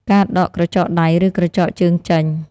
ការដកក្រចកដៃ ឬក្រចកជើងចេញ។